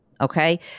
Okay